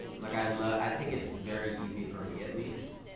like i like i think it's very easy for me, at least,